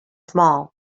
small